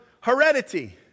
heredity